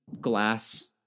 glass